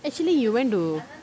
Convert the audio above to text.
actually you went to